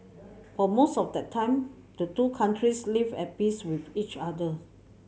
for most of that time the two countries lived at peace with each other